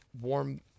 warm